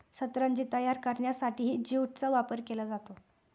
सतरंजी तयार करण्यासाठीही ज्यूटचा वापर केला जातो